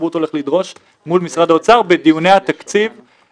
הרווחה והבריאות וועדת הכלכלה לצורך בניית תכנית אב לאומית בתחום הזקנה.